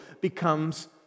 becomes